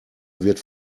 wird